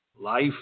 life